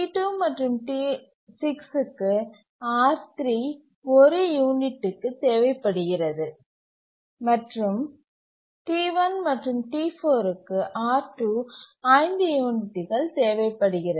T2 மற்றும் T6 க்கு R3 1 யூனிட்டுக்கு தேவைப்படுகிறது மற்றும் ஐ தேவைப்படுகிறது T1 மற்றும் T4 க்கு R2 5 யூனிட்டுக்கு தேவைப்படுகிறது